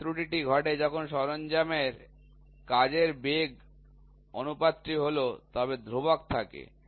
এই ত্রুটিটি ঘটে যখন সরঞ্জামের কাজের বেগ অনুপাতটি ভুল তবে ধ্রুবক থাকে